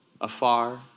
Afar